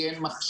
כי אין מחשב,